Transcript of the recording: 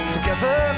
Together